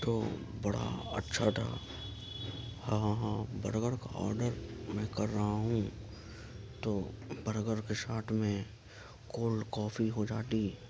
تو بڑا اچھا تھا ہاں ہاں برگر کا آڈر میں کر رہا ہوں تو برگر کے ساتھ میں کولڈ کافی ہو جاتی